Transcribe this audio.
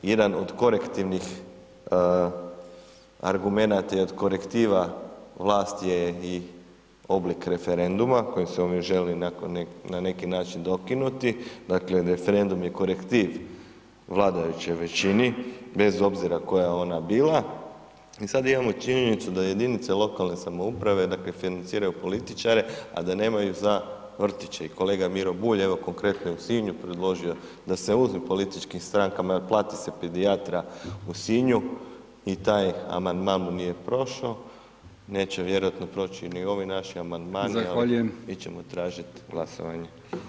Jedan od korektivnih argumenata i od korektiva vlast je i oblik referenduma kojim se ovdje želi na neki dokinuti, dakle, referendum je korektiv vladajućoj većini bez obzira koja ona bila i sad imamo činjenicu da jedinice lokalne samouprave, dakle, financiraju političare, a da nemaju za vrtiće i kolega Miro Bulj, evo konkretno je u Sinju predložio da se uzme političkim strankama, plati se pedijatra u Sinju i taj amandman mu nije prošao, neće vjerojatno proći ni ovi naši amandmani [[Upadica: Zahvaljujem]] ali mi ćemo tražit glasovanje.